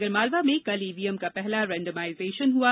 आगरमालवा में कल ईवीएम का पहला रेंडमाइजेशन हआ